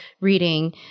reading